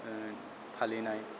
फालिनाय